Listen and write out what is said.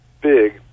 big